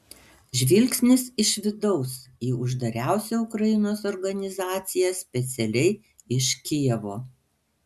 žvilgsnis iš vidaus į uždariausią ukrainos organizaciją specialiai iš kijevo